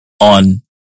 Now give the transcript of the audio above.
on